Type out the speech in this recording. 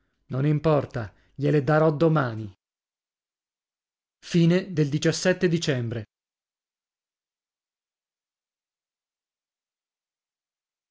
non importa gliele darò domani dicembre